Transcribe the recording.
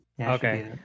Okay